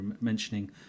mentioning